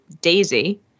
Daisy